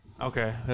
Okay